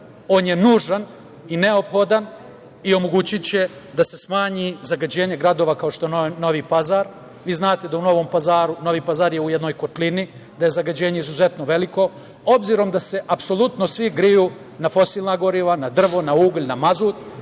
On je nužan i neophodan i omogućiće da se smanji zagađenje gradova, kao što je Novi Pazar. Vi znate da je Novi Pazar u jednoj kotlini, da je zagađenje izuzetno veliko obzirom da se apsolutno svi greju na fosilna goriva, na drvo, na ugalj, na mazut.